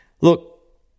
look